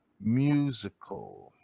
musical